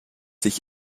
sich